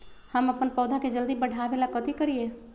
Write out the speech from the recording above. हम अपन पौधा के जल्दी बाढ़आवेला कथि करिए?